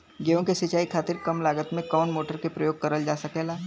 गेहूँ के सिचाई खातीर कम लागत मे कवन मोटर के प्रयोग करल जा सकेला?